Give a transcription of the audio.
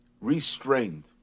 restrained